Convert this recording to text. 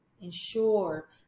ensure